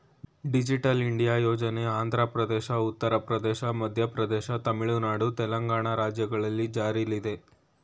digital India ಯೋಜನೆ ಆಂಧ್ರಪ್ರದೇಶ, ಉತ್ತರ ಪ್ರದೇಶ, ಮಧ್ಯಪ್ರದೇಶ, ತಮಿಳುನಾಡು, ತೆಲಂಗಾಣ ರಾಜ್ಯಗಳಲ್ಲಿ ಜಾರಿಲ್ಲಿದೆ